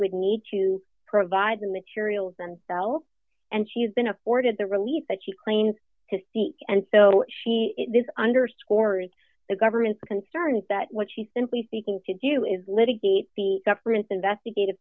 would need to provide the materials themselves and she has been afforded the relief that she claims to seek and so she this underscores the government's concern is that what she simply seeking to do is litigate the government's investigative